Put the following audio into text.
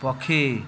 ପକ୍ଷୀ